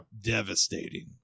Devastating